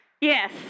Yes